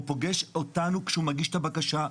הוא פוגש אותנו כשהוא מגיש את הבקשה.